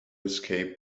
escape